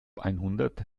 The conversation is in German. einhundert